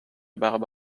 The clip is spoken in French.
barbe